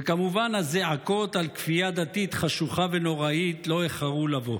וכמובן שהזעקות על כפייה דתית חשוכה ונוראית לא איחרו לבוא,